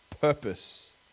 purpose